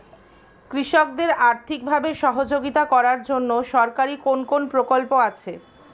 কৃষকদের আর্থিকভাবে সহযোগিতা করার জন্য সরকারি কোন কোন প্রকল্প আছে?